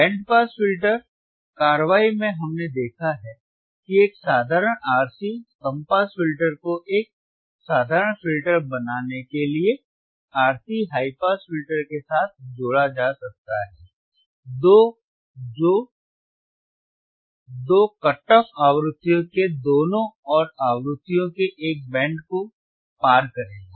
band pass filter कार्रवाई में हमने देखा है कि एक साधारण RC कम पास फ़िल्टर को एक साधारण फ़िल्टर बनाने के लिए RC हाई पास फ़िल्टर के साथ जोड़ा जा सकता है जो दो कट ऑफ आवृत्तियों के दोनों ओर आवृत्तियों के एक बैंड को पार करेगा